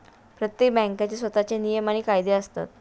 प्रत्येक बँकेचे स्वतःचे नियम आणि कायदे असतात